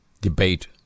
debate